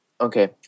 Okay